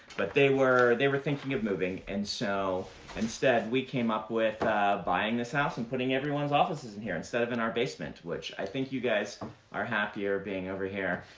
but they were they were thinking of moving, and so instead we came up with buying this house and putting everyone's offices in here, instead of in our basement, which i think you guys um are happier being over here,